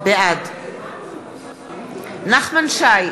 בעד נחמן שי,